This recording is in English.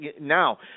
Now